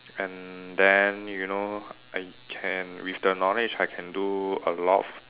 and then you know I can with the knowledge I can do a lot